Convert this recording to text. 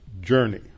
journey